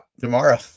tomorrow